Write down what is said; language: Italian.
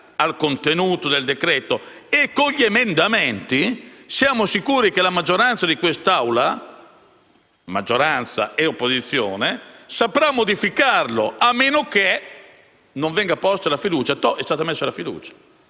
ai contenuti del decreto-legge e con gli emendamenti siamo sicuri che la maggioranza di quest'Aula (maggioranza e opposizione) saprà modificarlo, a meno che non venga posta la fiducia. Ed ecco: è stata messa la fiducia.